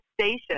station